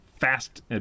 fast